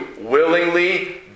willingly